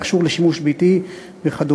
מכשור לשימוש ביתי וכדומה.